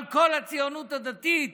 אבל כל הציונות הדתית